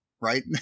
right